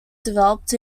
developed